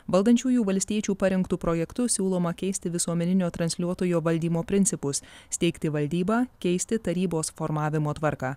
valdančiųjų valstiečių parengtu projektu siūloma keisti visuomeninio transliuotojo valdymo principus steigti valdybą keisti tarybos formavimo tvarką